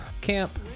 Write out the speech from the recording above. camp